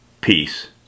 peace